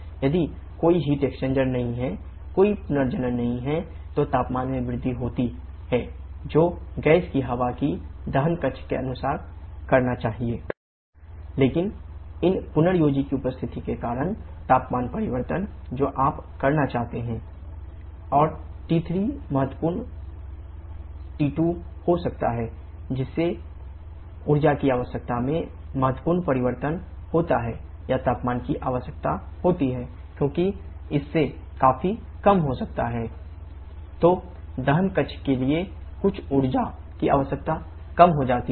यदि कोई heat exchanger नहीं है तो तापमान में वृद्धि होती है जो गैस की हवा को दहन कक्ष में अनुभव करना चाहिए 𝑇4 − 𝑇2 लेकिन इस पुनर्योजी की उपस्थिति के कारण तापमान परिवर्तन जो आप करना चाहते हैं 𝑇4 − 𝑇3 और T3 महत्वपूर्ण T2 हो सकता है जिससे इस ऊर्जा की आवश्यकता में महत्वपूर्ण परिवर्तन होता है या तापमान की आवश्यकता होती है 𝑇4 − 𝑇3 क्योंकि इससे काफी कम हो सकता है 𝑇4 − 𝑇2 तो दहन कक्ष के लिए कुल ऊर्जा की आवश्यकता कम हो जाती है